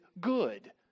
Good